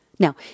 Now